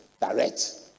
direct